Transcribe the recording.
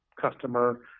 customer